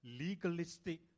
legalistic